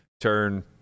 turn